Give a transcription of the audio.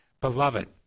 Beloved